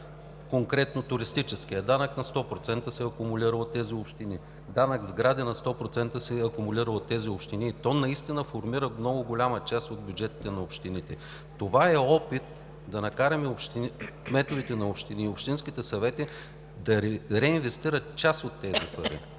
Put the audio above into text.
Конкретно туристическият данък на 100% се акумулира от тези общини, данък сгради на 100% се акумулира от тези общини и наистина формират много голяма част от бюджетите на общините. Това е опит да накараме кметовете на общини и общинските съвети да реинвестират част от тези пари,